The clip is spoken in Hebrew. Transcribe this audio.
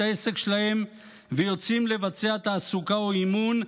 את העסק שלהם ויוצאים לבצע תעסוקה או אימון,